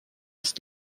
ist